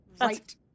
right